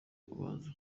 ubanza